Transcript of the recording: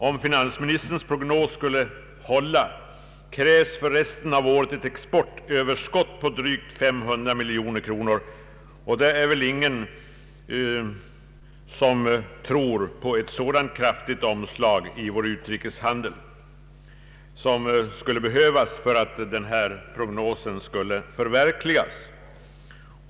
Om finansministerns prognos skulle hålla krävs för resten av året ett exportöverskott på drygt 500 miljoner kronor. Det är väl ingen som tror på ett så kraftigt omslag i vår utrikeshandel som skulle behövas för att denna prognos skulle förverkligas.